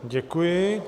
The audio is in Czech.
Děkuji.